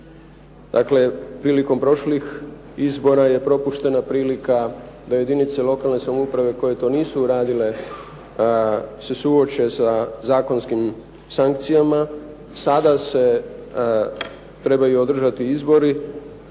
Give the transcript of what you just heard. Dakle, prilikom prošlih izbora je propuštena prilika da jedinice lokalne samouprave koje to nisu uradile se suoče sa zakonskim sankcijama sada se trebaju održati izbori